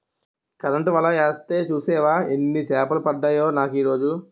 Current వల యేస్తే సూసేవా యెన్ని సేపలు పడ్డాయో నాకీరోజు?